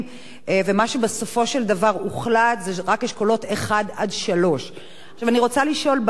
ומה שבסופו של דבר הוחלט זה רק אשכולות 1 3. אני רוצה לשאול: בעבר מדינת